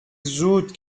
زود